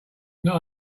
not